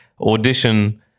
audition